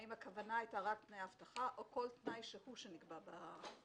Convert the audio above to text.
האם הכוונה הייתה רק לתנאי אבטחה או כל תנאי שהוא שנקבע ברישיון?